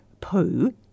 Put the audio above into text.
poo